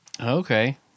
Okay